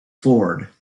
ford